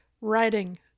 writing